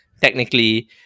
technically